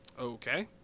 Okay